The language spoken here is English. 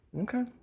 Okay